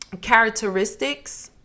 characteristics